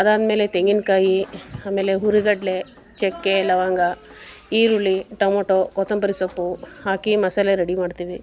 ಅದಾದ್ಮೇಲೆ ತೆಂಗಿನಕಾಯಿ ಆಮೇಲೆ ಹುರಿಗಡ್ಲೆ ಚಕ್ಕೆ ಲವಂಗ ಈರುಳ್ಳಿ ಟೊಮೋಟೊ ಕೊತ್ತಂಬರಿ ಸೊಪ್ಪು ಹಾಕಿ ಮಸಾಲೆ ರೆಡಿ ಮಾಡ್ತೀವಿ